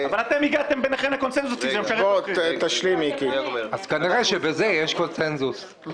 אבל אתם הגעתם ביניכם לקונצנזוס --- כנראה שבזה יש קונצנזוס,